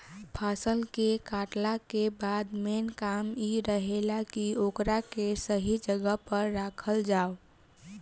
फसल के कातला के बाद मेन काम इ रहेला की ओकरा के सही जगह पर राखल जाव